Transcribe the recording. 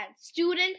student